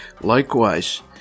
Likewise